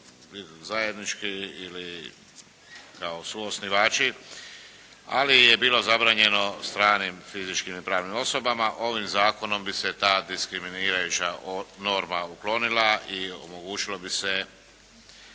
zajednički ili kao suosnivači. Ali je bilo zabranjeno stranim fizičkim i pravnim osobama. Ovim zakonom bi se ta diskriminirajuća norma uklonila i omogućio bi se